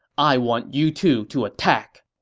i want you two to attack.